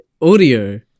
audio